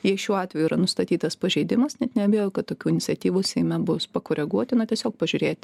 jei šiuo atveju yra nustatytas pažeidimas net neabejoju kad tokių iniciatyvų seime bus pakoreguotina tiesiog pažiūrėti